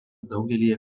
daugelyje